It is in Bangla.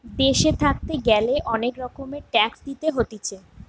দেশে থাকতে গ্যালে অনেক রকমের ট্যাক্স দিতে হতিছে